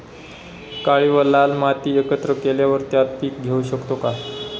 काळी व लाल माती एकत्र केल्यावर त्यात पीक घेऊ शकतो का?